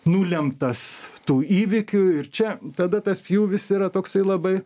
nulemtas tų įvykių ir čia tada tas pjūvis yra toksai labai